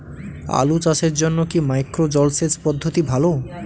আলু চাষের জন্য কি মাইক্রো জলসেচ পদ্ধতি ভালো?